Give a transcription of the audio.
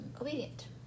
obedient